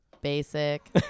Basic